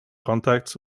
contacts